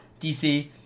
DC